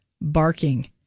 barking